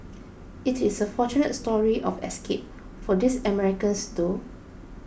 it is a fortunate story of escape for these Americans though